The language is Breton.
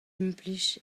implij